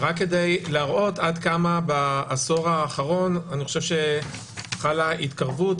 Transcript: רק כדי להראות עד כמה בעשור האחרון חלה התקרבות.